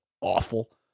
awful